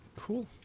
Cool